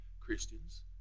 Christians